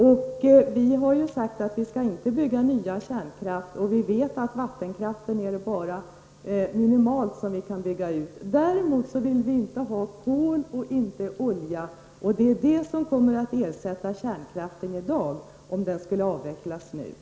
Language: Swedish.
Vi menar att man inte skall bygga nya kärnkraftverk och vi vet att det finns bara ett minimalt utrymme för att bygga ut vattenkraften. Däremot vill vi inte ha kol och olja, som kommer att ersätta kärnkraften om den avvecklas i dag.